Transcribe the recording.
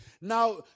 Now